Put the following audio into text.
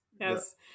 yes